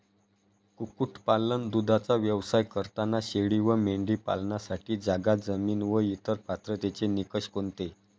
कुक्कुटपालन, दूधाचा व्यवसाय करताना शेळी व मेंढी पालनासाठी जागा, जमीन व इतर पात्रतेचे निकष कोणते?